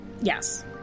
Yes